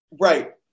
Right